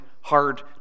hard